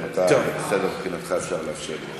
אם זה בסדר מבחינתך, אפשר לאפשר לו.